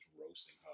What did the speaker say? roasting